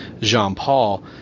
Jean-Paul